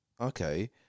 okay